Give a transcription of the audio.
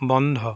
বন্ধ